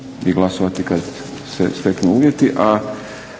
i glasovati kad se steknu uvjeti.